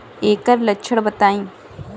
एकर लक्षण बताई?